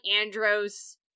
Andros